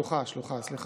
שלוחה, סליחה.